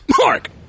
Mark